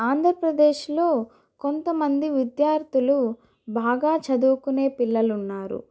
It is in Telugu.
ఆంధ్రప్రదేశ్లో కొంతమంది విద్యార్థులు బాగా చదువుకునే పిల్లలు ఉన్నారు